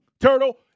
Turtle